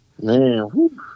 man